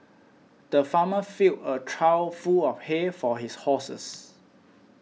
the farmer filled a trough full of hay for his horses